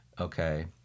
okay